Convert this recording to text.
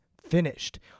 Finished